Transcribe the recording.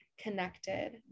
connected